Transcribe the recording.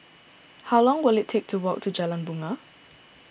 how long will it take to walk to Jalan Bungar